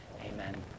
Amen